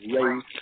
race